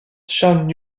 chan